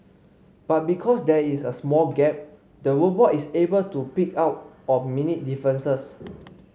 but because there is a small gap the robot is able to pick up on minute differences